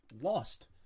lost